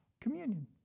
communion